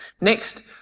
Next